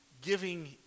Giving